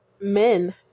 men